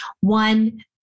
one